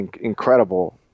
incredible